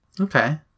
Okay